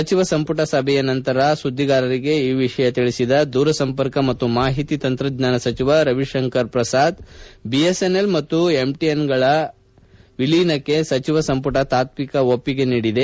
ಸಚಿವ ಸಂಪುಟ ಸಭೆಯ ನಂತರ ಸುದ್ಗಿಗಾರರಿಗೆ ಈ ವಿಷಯ ತಿಳಿಸಿದ ದೂರ ಸಂಪರ್ಕ ಮತ್ತು ಮಾಹಿತಿ ತಂತ್ರಜ್ಞಾನ ಸಚಿವ ರವಿಶಂಕರ್ ಪ್ರಸಾದ್ ಬಿಎಸ್ಎನ್ಎಲ್ ಮತ್ತು ಎಂಟಿಎನ್ಎಲ್ಗಳ ವಿಲೀನಕ್ಕೆ ಸಚಿವ ಸಂಪುಟ ತಾತ್ವಿಕ ಒಪ್ಪಿಗೆ ನೀಡಿದೆ